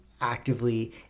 actively